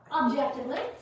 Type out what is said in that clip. objectively